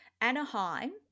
Anaheim